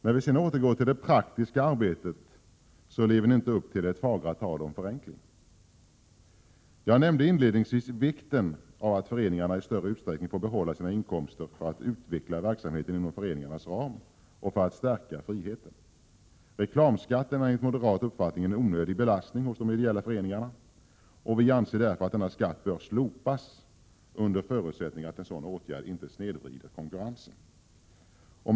När ni sedan övergår till det praktiska arbetet lever ni inte upp till ert fagra tal om förenkling. Jag nämnde inledningsvis vikten av att föreningarna i större utsträckning får behålla sina inkomster för att kunna utveckla verksamheten inom föreningens ram och för att stärka friheten. Reklamskatten är enligt moderat uppfattning en onödig belastning för de ideella föreningarna. Vi anser därför att denna skatt bör slopas, under förutsättning att en sådan åtgärd inte snedvrider konkurrensen.